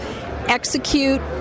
execute